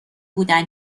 بودن